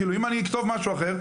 כאילו אם אני אכתוב משהו אחר,